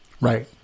Right